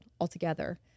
altogether